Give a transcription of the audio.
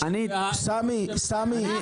רגע, רגע.